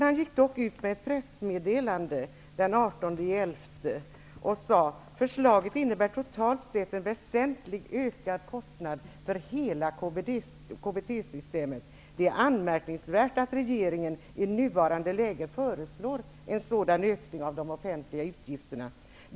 Han gick dock ut med ett pressmeddelande den 18 november där han sade att förslaget innebär totalt sett en väsentligt ökad kostnad för hela KBT-systemet. Han menade att det är anmärkningsvärt att regeringen i nuvarande läge föreslår en sådan ökning av de offentliga utgifterna.